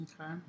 Okay